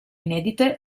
inedite